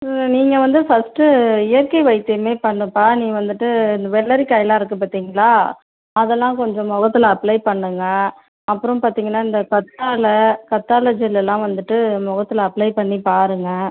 ம் நீங்கள் வந்து ஃபஸ்ட்டு இயற்கை வைத்தியமே பண்ணுப்பா நீ வந்துட்டு இந்த வெள்ளரி காயெலாம் இருக்குது பார்த்தீங்களா அதெல்லாம் கொஞ்சம் முகத்தில் அப்ளை பண்ணுங்கள் அப்புறம் பார்த்தீங்கன்னா இந்த கத்தாழை கத்தாழை ஜெல்லெல்லாம் வந்துட்டு முகத்தில் அப்ளே பண்ணிப் பாருங்கள்